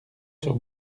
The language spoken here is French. sur